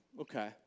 okay